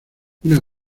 una